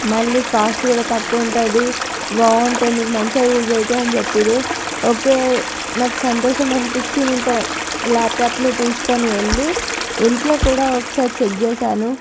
మళ్ళీ కాస్ట్ కూడా తక్కువ ఉంటుంది బాగుంటాయి మీకు మంచిగా యూస్ అవుతాయి అని చెప్పిరు ఓకే నాకు సంతోషం అనిపించి ల్యాప్టాప్ని తీసుకొని వెళ్ళి ఇంట్లో కూడా ఒకసారి చెక్ చేసాను